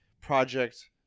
Project